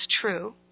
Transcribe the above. true